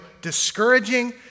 discouraging